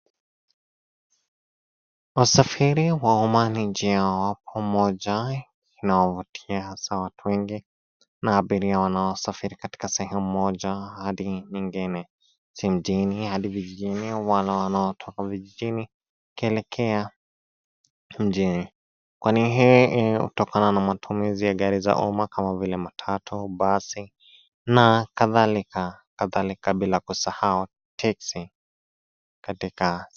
Usafiri wa uma ni njia wapo moja inayovutia watu wengi na abiria wanaosafiri katika sehemu moja adi nyingine. Jijini adi vijijini, wale wanaotoka vijijini wakielekea mjini, kwani hii hutokana na matumizinya gari za uma kama vile matatu, basi na kadhalika, kadahalika bila kusahau teksi katika.